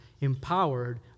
empowered